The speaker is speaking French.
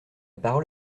parole